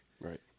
right